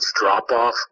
drop-off